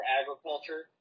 agriculture